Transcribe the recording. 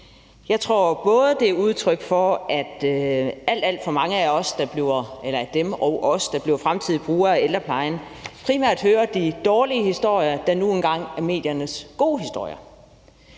Jeg tror både, det er et udtryk for, at alt, alt for mange af dem og os, der bliver fremtidige brugere af ældreplejen, primært hører de dårlige historier, der nu engang er mediernes gode historier.